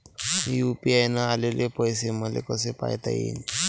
UPI न आलेले पैसे मले कसे पायता येईन?